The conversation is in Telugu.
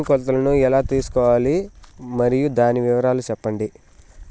భూమి కొలతలను ఎలా తెల్సుకోవాలి? మరియు దాని వివరాలు సెప్పండి?